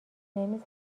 نمی